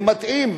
הם מטעים,